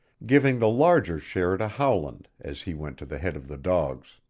giving the larger share to howland as he went to the head of the dogs.